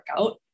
workout